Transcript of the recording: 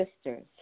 sisters